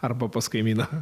arba pas kaimyną